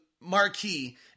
marquee